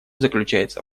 заключается